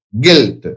guilt